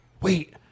wait